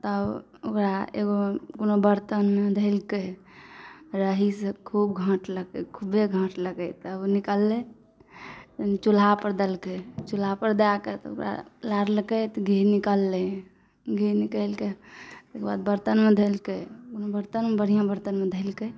तऽ ओकरा एगो कोनो बर्तनमे धलिकै रहीसँ खूब घोटलकै खूबे घोटलकै तब ओ निकललै चूल्हा पर देलकै चूल्हा पर दै कऽ ओकरा लारलकै तऽ घी निकलै घी निकालिकऽ ओकर बाद बर्तनमे धलिकै बर्तनमे बढ़िऑं बर्तनमे धलिकै